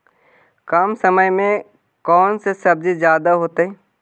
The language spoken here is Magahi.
कम समय में कौन से सब्जी ज्यादा होतेई?